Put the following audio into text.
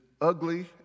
ugly